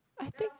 I think